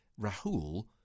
Rahul